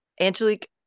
Angelique